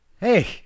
Hey